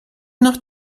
noch